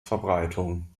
verbreitung